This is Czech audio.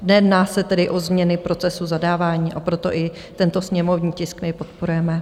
Nejedná se tedy o změny procesu zadávání, a proto i tento sněmovní tisk my podporujeme.